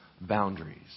boundaries